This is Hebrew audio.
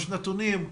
בשנתונים,